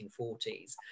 1940s